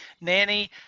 Nanny